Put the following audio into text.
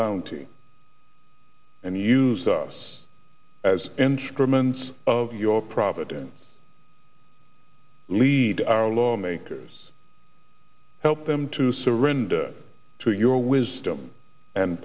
bounty and use us as instruments of your providence lead our lawmakers help them to surrender to your wisdom and